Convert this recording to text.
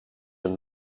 een